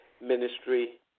ministry